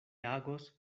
agos